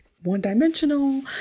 one-dimensional